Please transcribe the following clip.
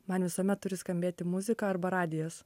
man visuomet turi skambėti muzika arba radijas